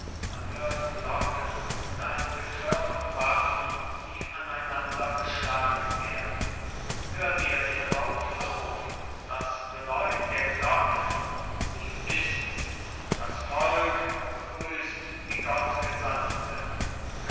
man hört glocken und geklirr von waffen die aneinandergeschlagen werden hört ihr den auflauf das geläut der glocken sie ists das volk begrüßt die